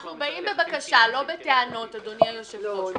אנחנו באים בבקשה, לא בטענות, אדוני היושב-ראש.